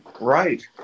Right